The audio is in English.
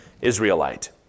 Israelite